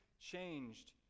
changed